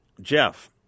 Jeff